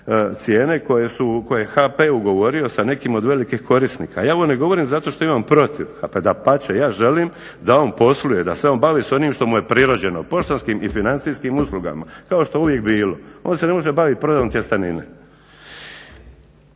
koje su, koje je HP ugovorio sa nekim od velikih korisnika. Ja ovo ne govorim zato što imam protiv, dapače ja želim da on posluje, da se on bavi sa onim što mu je prirođeno poštanskim i financijskim uslugama kao što je uvijek bilo. On se ne može bavit prodajom tjestenine.